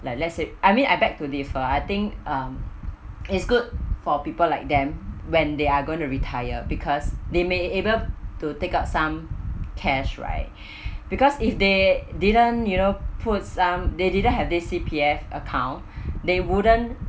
like let's say I mean I beg to differ I think um it's good for people like them when they're going to retire because they may able to take up some cash right because if they didn't you know put some they didn't have this C_P_F account they wouldn't